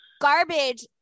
garbage